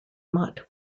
mutt